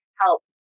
help